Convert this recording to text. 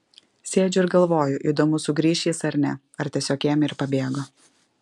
sėdžiu ir galvoju įdomu sugrįš jis ar ne ar tiesiog ėmė ir pabėgo